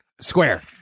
Square